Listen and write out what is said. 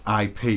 ip